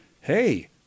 hey